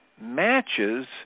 matches